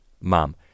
Mom